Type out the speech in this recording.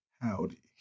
howdy